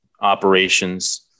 operations